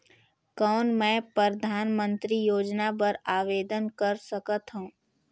कौन मैं परधानमंतरी योजना बर आवेदन कर सकथव?